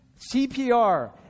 CPR